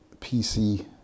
PC